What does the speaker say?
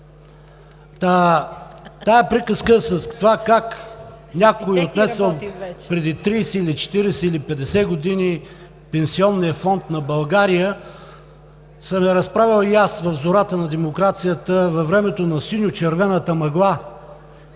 тази приказка с това как някой отнесъл преди 30, 40 или 50 години Пенсионния фонд на България съм я разправял и аз в зората на демокрацията, във времето на синьо-червената мъгла